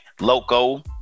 Loco